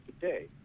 today